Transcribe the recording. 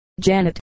Janet